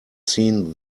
seen